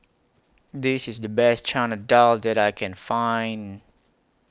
This IS The Best Chana Dal that I Can Find